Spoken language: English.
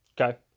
okay